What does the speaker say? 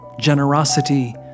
generosity